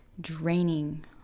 draining